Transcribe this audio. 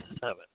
seven